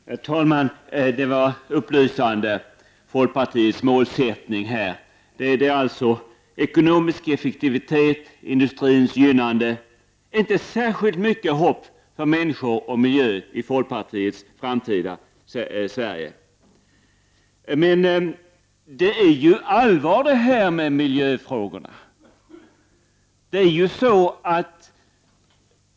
Herr talman! Kjell Johansson upplyste om folkpartiets målsättning, ekonomisk effektivitet och gynnande av industrin. Det ges inte särskilt mycket hopp för människor och miljö i folkpartiets framtida Sverige. Miljöfrågorna är ju allvarliga.